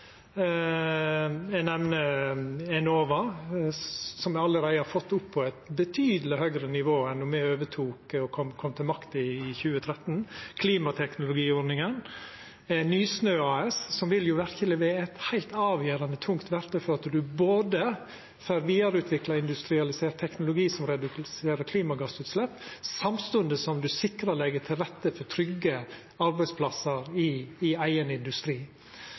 Eg nemner Enova, som me allereie har fått opp på eit betydeleg høgare nivå enn då me overtok og kom til makta i 2013, klimateknologiordninga, Nysnø AS, som verkeleg vil vera eit heilt avgjerande tungt verktøy for både å få vidareutvikla industrialisert teknologi som reduserer klimagassutslepp, samstundes som ein sikrar og legg til rette for trygge arbeidsplassar i eigen industri.